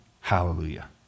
Hallelujah